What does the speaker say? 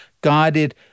guided